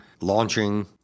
launching